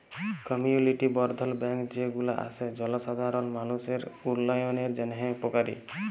community বর্ধল bank যে গুলা আসে জলসাধারল মালুষের উল্যয়নের জন্হে উপকারী